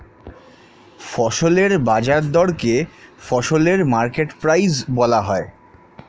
ফসলের বাজার দরকে ফসলের মার্কেট প্রাইস বলা হয়